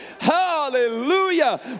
Hallelujah